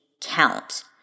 count